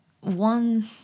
One